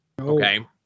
Okay